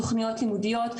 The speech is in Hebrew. תוכניות לימודיות,